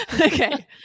Okay